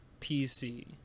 pc